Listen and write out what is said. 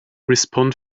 respond